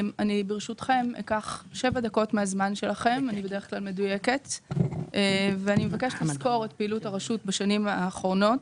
ברשותכם אקח שבע דקות מזמנכם כדי לסקור את פעילות הרשות בשנים האחרונות.